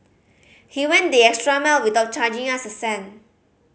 he went the extra mile without charging us a cent